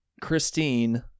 Christine